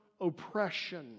oppression